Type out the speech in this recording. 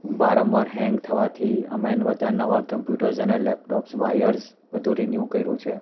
વારંવાર હેંગ થવાથી અમે બધા નવા કમ્પ્યુટર્સ અને લેપટોપ્સ વાયર્સ બધું રિન્યૂ કર્યું છે